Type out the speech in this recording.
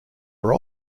are